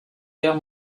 guerre